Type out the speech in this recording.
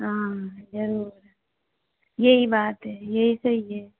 हाँ जरूर यही बात है यही सही है